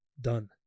Done